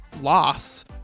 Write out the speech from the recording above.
loss